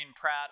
Pratt